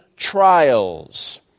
trials